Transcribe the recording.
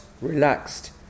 relaxed